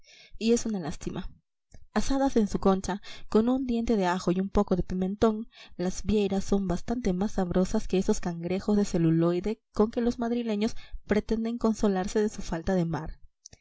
y es una lástima asadas en su concha con un diente de ajo y un poco de pimentón las vieiras son bastante más sabrosas que esos cangrejos de celuloide con que los madrileños pretenden consolarse de su falta de mar